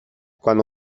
cuando